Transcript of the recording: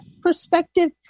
perspective